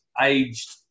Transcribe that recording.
aged